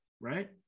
right